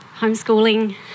homeschooling